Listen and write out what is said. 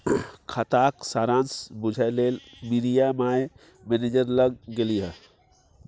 खाताक सारांश बुझय लेल मिरिया माय मैनेजर लग गेलीह